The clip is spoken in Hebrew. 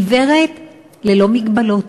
עיוורת ללא מגבלות.